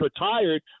retired